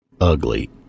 ugly